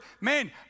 man